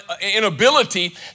inability